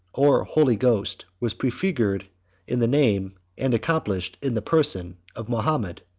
or holy ghost, was prefigured in the name, and accomplished in the person, of mahomet,